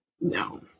no